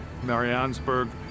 Mariansburg